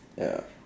ya